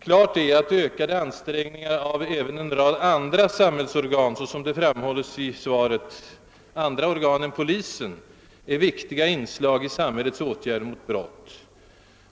Klart är att ökade ansträngningar av även en rad andra samhällsorgan än polisen är viktiga inslag i samhällets åtgärder mot brott. Detta har också framhållits i svaret.